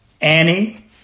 Annie